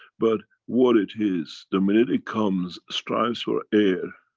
but what it is, the minute he comes strives for air,